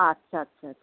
আচ্ছা আচ্ছা আচ্ছা